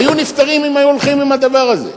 היו נפתרים אם היו הולכים עם הדבר הזה.